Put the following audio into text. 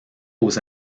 aux